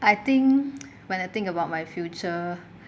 I think when I think about my future